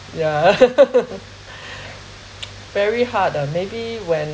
ya very hard ah maybe when